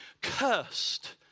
cursed